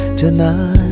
tonight